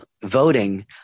voting